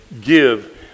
give